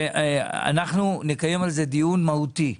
אנחנו נקיים על זה דיון מהותי,